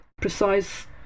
precise